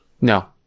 No